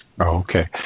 Okay